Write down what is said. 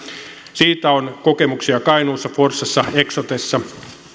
siitä on kokemuksia kainuussa forssassa eksotessa